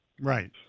Right